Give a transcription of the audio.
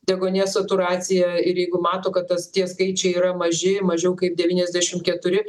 deguonies saturaciją ir jeigu mato kad tas tie skaičiai yra maži mažiau kaip devyniasdešimt keturi